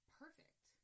perfect